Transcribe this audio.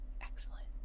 Excellent